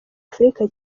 afurika